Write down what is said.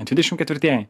dvidešimt ketvirtieji